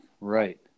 right